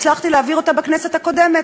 הצלחתי להעביר בכנסת הקודמת,